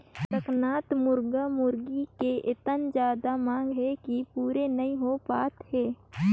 कड़कनाथ मुरगा मुरगी के एतना जादा मांग हे कि पूरे नइ हो पात हे